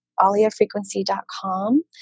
aliafrequency.com